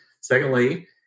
Secondly